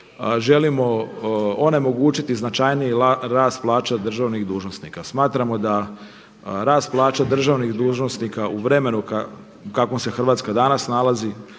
želimo onemogućiti značajniji rast plaća državnih dužnosnika. Smatramo da rast plaća državnih dužnosnika u vremenu u kakvom se Hrvatska danas nalazi